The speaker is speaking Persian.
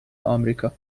آمریکا